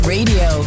Radio